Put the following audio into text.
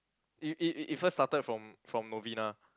it it it first started from from Novena